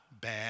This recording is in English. bad